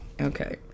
Okay